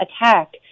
attack